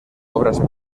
obras